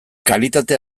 kalitate